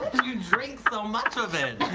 so much of it.